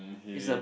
okay